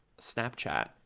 Snapchat